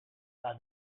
are